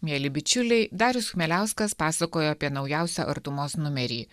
mieli bičiuliai darius chmieliauskas pasakojo apie naujausią artumos numerį